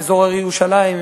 באזור הרי ירושלים,